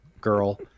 girl